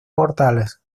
mortales